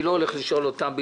אבל אני לא הולך לשאול אותן.